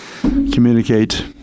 communicate